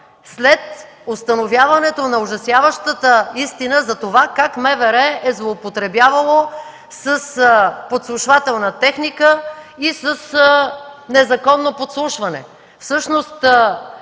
след установяването на ужасяващата истина за това как МВР е злоупотребявало с подслушвателна техника и с незаконно подслушване.